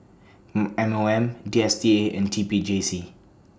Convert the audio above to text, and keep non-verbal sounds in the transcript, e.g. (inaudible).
(hesitation) M O M D S T A and T P J C